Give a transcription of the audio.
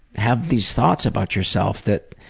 have these thoughts about yourself that,